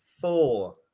four